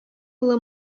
юлы